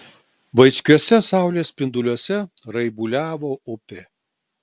vaiskiuose saulės spinduliuose raibuliavo upė